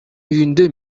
үйүндө